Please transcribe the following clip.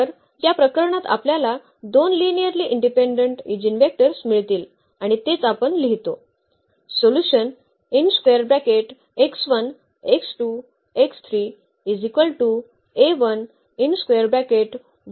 तर या प्रकरणात आपल्याला दोन लिनिअर्ली इंडिपेंडेंट ईजीनवेक्टर्स मिळतील आणि तेच आपण लिहितो